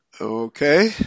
Okay